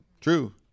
True